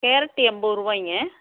carrot எண்பது ரூவாய்ங்க